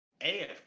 AFK